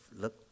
look